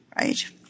Right